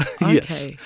Yes